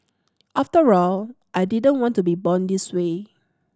after all I didn't want to be born this way